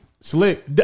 Slick